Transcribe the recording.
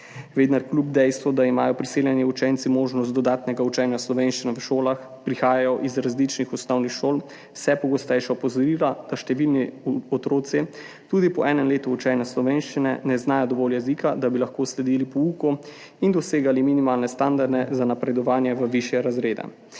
Vendar kljub dejstvu, da imajo priseljeni učenci možnost dodatnega učenja slovenščine v šolah, prihajajo iz različnih osnovnih šol vse pogostejša opozorila, da številni otroci tudi po enem letu učenja slovenščine ne znajo dovolj jezika, da bi lahko sledili pouku in dosegali minimalne standarde za napredovanje v višje razrede.